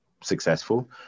successful